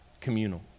communal